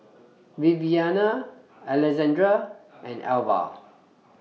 Viviana Alessandra and Alvah